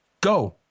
go